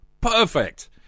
Perfect